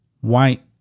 white